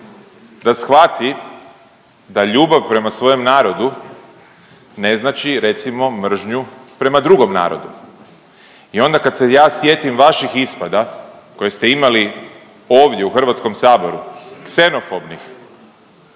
da shvati da ljubav prema svojem narodu ne znači recimo mržnju prema drugom narodu. I onda kad se ja sjetim vaših ispada koje ste imali ovdje u Hrvatskom saboru, ksenofobnih,